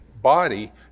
body